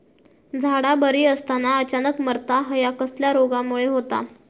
झाडा बरी असताना अचानक मरता हया कसल्या रोगामुळे होता?